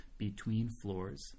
betweenfloors